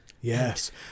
Yes